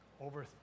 over